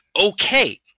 okay